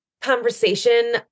conversation